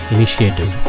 Initiative